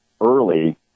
early